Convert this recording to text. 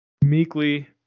meekly